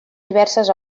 diverses